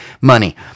money